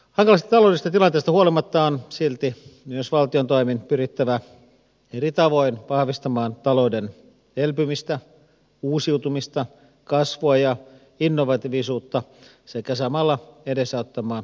varastoista tilanteista huolimatta on silti myös valtion toimin pyrittävä eri tavoin vahvistamaan talouden elpymistä uusiutumista kasvua ja innovatiivisuutta sekä samalla edesauttamaan